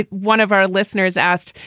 one of our listeners asked.